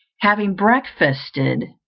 having breakfasted,